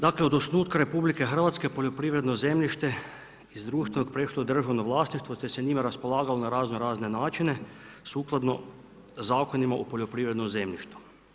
Dakle od osnutka RH poljoprivredno zemljište iz društvenog je prešlo u državno vlasništvo te se njima raspolagalo na raznorazne načine sukladno zakonima o poljoprivrednom zemljištu.